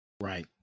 right